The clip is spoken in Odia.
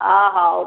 ଅ ହଉ